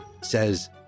says